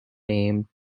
named